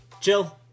chill